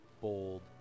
bold